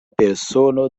persono